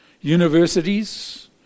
Universities